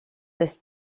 this